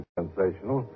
sensational